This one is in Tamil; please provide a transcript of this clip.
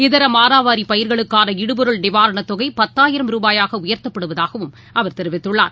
இகா மானாவாரி பயிர்களுக்கான இடுபொருள் நிவாரணத்தொகை பத்தாயிரம் ரூபாயாக உயர்த்தப்படுவதாகவும் அவர் தெரிவித்துள்ளார்